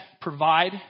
provide